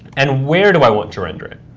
and where do i want to render it?